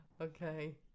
Okay